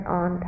on